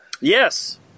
Yes